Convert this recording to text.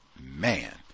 man